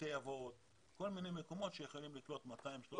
בתי אבות וכל מיני מקומות שיכולים לקלוט 300-200 עולים חדשים.